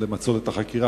למצות את החקירה.